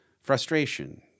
frustration